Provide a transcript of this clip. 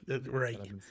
right